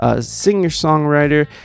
singer-songwriter